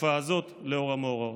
בתקופה הזאת, לאור המאורעות.